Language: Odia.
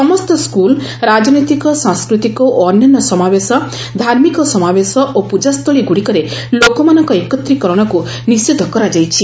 ସମସ୍ତ ସ୍କୁଲ ରାଜନୈତିକ ସାଂସ୍କୃତି ଓ ଅନ୍ୟାନ୍ୟ ସମାବେଶ ଧାର୍ମିକ ସମାବେଶ ଓ ପୂଜାସ୍ଥଳୀ ଗୁଡ଼ିକରେ ଲୋକମାନଙ୍କ ଏକତ୍ରୀକରଣକୁ ନିଷେଧ କରାଯାଇଛି